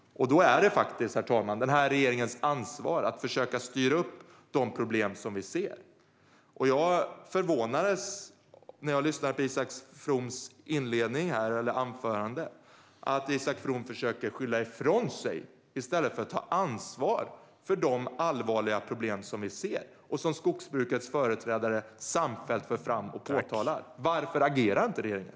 Då är det den här regeringens ansvar att försöka att styra upp de problem som vi ser. När jag lyssnade på Isak Froms anförande förvånades jag över att Isak From försöker att skylla ifrån sig i stället för att ta ansvar för de allvarliga problem som vi ser och som skogsbrukets företrädare samfällt för fram och påtalar. Varför agerar inte regeringen?